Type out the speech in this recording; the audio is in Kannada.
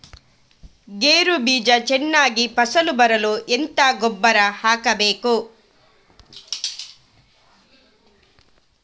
ಗೇರು ಬೀಜ ಚೆನ್ನಾಗಿ ಫಸಲು ಬರಲು ಎಂತ ಗೊಬ್ಬರ ಹಾಕಬೇಕು?